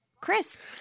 Chris